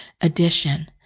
addition